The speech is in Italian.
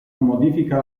modifica